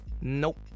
nope